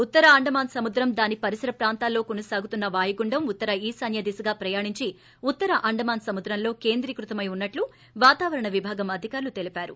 ఉత్తర అండమాన్ సముద్రం దాని పరిసర ప్రాంతాలలో కొనసాగుతున్న వాయుగుండం ఉత్తర ఈశాన్న దిశగా ప్రయాణించి ఉత్తర అండమాన్ సముద్రంలో కేంద్రీకృతమై ఉన్నట్లు వాతావరణ విభాగం అధికారులు తెలిపారు